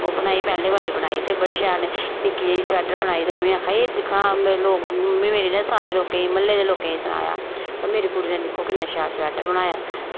ओह् बनाई पैह्ले बारी बनाई ते बड़ी शैल निक्की जेही स्वेटर बनाई ते मम्मी आखा दी एह् दिक्खां ते लोग मम्मी मेरी ने सारें लोकें ई म्ह्ल्ले दे लोकें ई सनाया मेरी कुड़ी ने दिक्खो कि'न्ना शैल स्वेटर बनाया